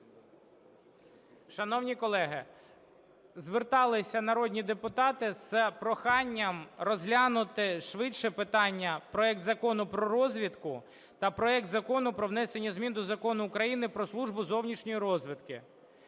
Шановні колеги, зверталися народні депутати з проханням розглянути швидше питання проект Закону про розвідку та проект Закону про внесення змін до Закону України "Про Службу зовнішньої розвідки".